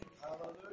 Hallelujah